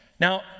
Now